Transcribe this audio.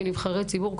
כנבחרי ציבור,